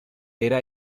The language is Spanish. era